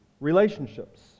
relationships